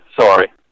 sorry